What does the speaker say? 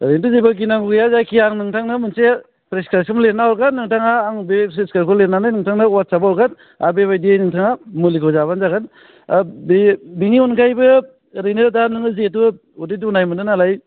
ओरैनोथ' जेबो गिनांगौ गैया जायखिया आं नोंथांनो मोनसे प्रेसक्रिबसन लिरना हरगोन नोंथाङा आं बे प्रेसक्रिबसनखौ लिरनानै नोंथांनो वादसबाव हरगोन आरो बेबायदि नोंथाङा मुलिखौ जाबानो जागोन ओह बे बेनि अनगायैबो ओरैनो दा नोङो जिहेतु उदै दुनाय मोन्दों नालाय